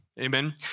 Amen